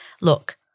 look